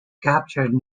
captured